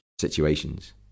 situations